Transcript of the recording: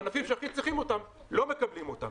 הענפים שהכי צריכים אותן לא מקבלים אותן.